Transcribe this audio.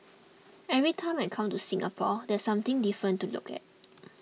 every time I come to Singapore there's something different to look at